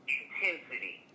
intensity